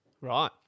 Right